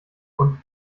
und